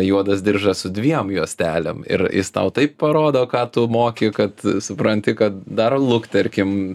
juodas diržas su dviem juostelėm ir jis tau taip parodo ką tu moki kad supranti kad dar lukterkim